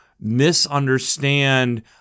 misunderstand